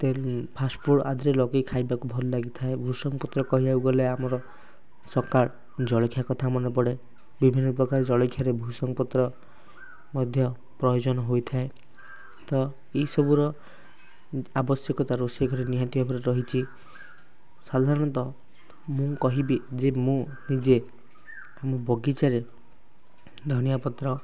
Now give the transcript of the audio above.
ଇତ୍ୟାଦି ଫାଷ୍ଟଫୁଡ଼୍ ଆଦିରେ ଲଗାଇ ଖାଇବାକୁ ଭଲ ଲାଗିଥାଏ ଭୃସଙ୍ଗ ପତ୍ର କହିବାକୁ ଗଲେ ଆମର ସକାଳ ଜଳଖିଆ କଥା ମନେ ପଡ଼େ ବିଭିନ୍ନ ପ୍ରକାର ଜଳଖିଆରେ ଭୃସଙ୍ଗ ପତ୍ର ମଧ୍ୟ ପ୍ରୟୋଜନ ହୋଇଥାଏ ତ ଏଇ ସବୁର ଆବଶ୍ୟକତା ରୋଷେଇ ଘରେ ନିହାତି ଭାବରେ ରହିଛି ସାଧାରଣତଃ ମୁଁ କହିବି ଯେ ମୁଁ ନିଜେ ଆମ ବଗିଚାରେ ଧନିଆ ପତ୍ର